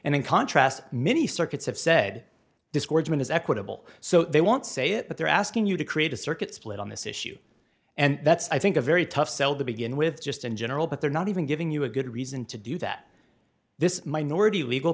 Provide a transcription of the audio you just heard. and in contrast many circuits have said discouragement is equitable so they won't say it but they're asking you to create a circuit split on this issue and that's i think a very tough sell to begin with just in general but they're not even giving you a good reason to do that this minority legal